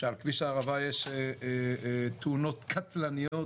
שעל כביש הערבה יש תאונות קטלניות.